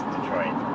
Detroit